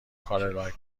کارل